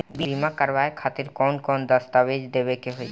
बीमा करवाए खातिर कौन कौन दस्तावेज़ देवे के होई?